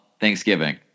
Thanksgiving